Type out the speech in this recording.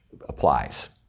applies